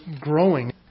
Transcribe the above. growing